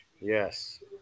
Yes